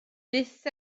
byth